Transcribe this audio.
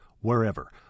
wherever